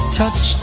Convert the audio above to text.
touch